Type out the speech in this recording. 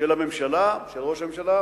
של הממשלה, של ראש הממשלה,